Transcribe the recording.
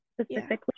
specifically